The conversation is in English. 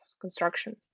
construction